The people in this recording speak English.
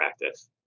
practice